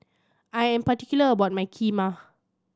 I am particular about my Kheema